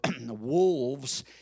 wolves